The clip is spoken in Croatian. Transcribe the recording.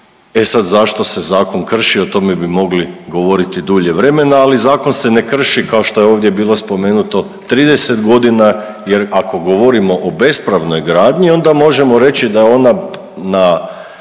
E sad zašto se zakon krši o tome bi mogli govoriti dulje vremena, ali zakon se ne krši kao što je ovdje bilo spomenuto, 30 godina jer ako govorimo o bespravnoj gradnji onda možemo reći da je ona